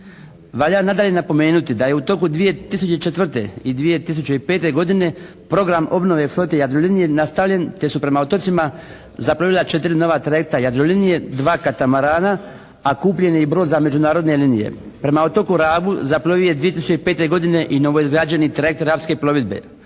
Valja nadalje napomenuti da je u toku 2004. i 2005. godine program obnove flote Jadrolinije nastavljen te su prema otocima zaplovila 4 nova trajekta Jadrolinije, 2 katamarana, a kupljen je i brod za međunarodne linije. Prema otoku Rabu zaplovio je 2005. godine i novoizgrađeni trajekt "Rapske plovidbe".